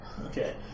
Okay